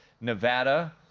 Nevada